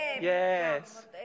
Yes